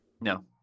No